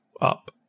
up